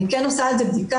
אני כן עושה על זה בדיקה.